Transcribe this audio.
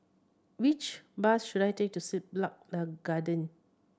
which bus should I take to Siglap Garden